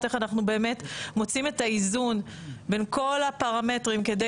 איך אנחנו מוצאים את האיזון בין כל הפרמטרים כדי